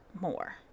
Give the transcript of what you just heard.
more